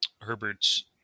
Herbert's